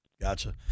Gotcha